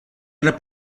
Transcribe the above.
era